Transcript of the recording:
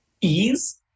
ease